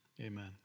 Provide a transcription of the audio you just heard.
Amen